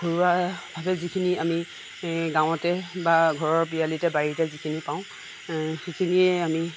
ঘৰুৱাভাৱে যিখিনি আমি এ গাঁৱতে বা ঘৰৰ পিৰালিতে বাৰিতে যিখিনি পাওঁ সেইখিনিয়ে আমি